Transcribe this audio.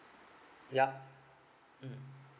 yup mm